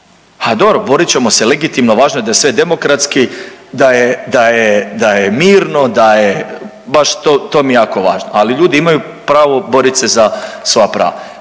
A dobro boriti ćemo se legitimno, važno je da je sve demokratski, da je, da je mirno, da je, baš to mi je jako važno, ali ljudi imaju pravo borit se za svoja prava.